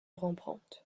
rembrandt